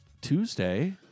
Tuesday